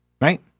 right